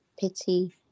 pity